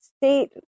State